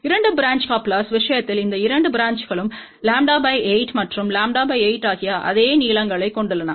2 branch கப்லெர்ஸ்ன் விஷயத்தில் இந்த 2 பிரான்ச்களும் λ 8 மற்றும் λ 8 ஆகிய அதே நீளங்களைக் கொண்டுள்ளன